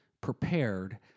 prepared